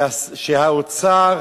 שהאוצר